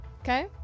okay